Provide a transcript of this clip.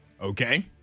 Okay